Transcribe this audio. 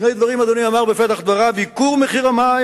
שני דברים אדוני אמר בפתח דבריו: ייקור המים,